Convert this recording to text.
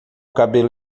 cabelo